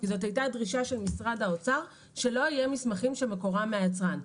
כי זאת הייתה הדרישה של משרד האוצר כשלא היו מסמכים שמקורם מהיצרן.